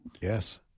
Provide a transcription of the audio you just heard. Yes